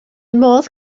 modd